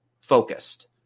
focused